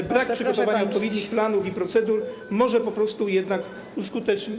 że brak przygotowania odpowiednich planów i procedur może po prostu jednak nie uskutecznić.